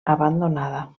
abandonada